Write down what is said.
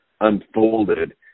unfolded